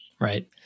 Right